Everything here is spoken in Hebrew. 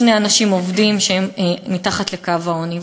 שני אנשים עובדים שהם מתחת לקו העוני.